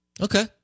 Okay